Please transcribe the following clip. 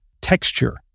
texture